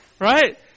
right